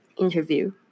interview